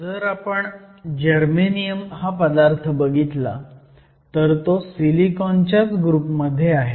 जर आपण जर्मेनियम हा पदार्थ बघितला तर तो सिलिकॉनच्याच ग्रुप मध्ये आहे